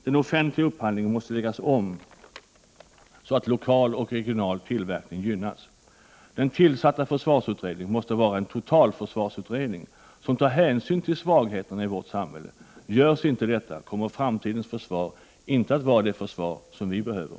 Den offentliga upphandlingen måste läggas om så att lokal och regional tillverkning gynnas. Den tillsatta försvarsutredningen måste vara en totalförsvarsutredning som tar hänsyn till svagheterna i vårt samhälle. Görs inte detta kommer framtidens försvar inte att vara det försvar som vi behöver.